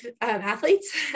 athletes